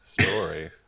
story